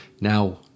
Now